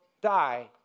die